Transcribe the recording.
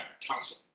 council